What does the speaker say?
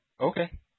Okay